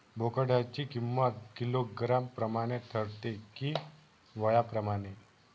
बोकडाची किंमत किलोग्रॅम प्रमाणे ठरते कि वयाप्रमाणे?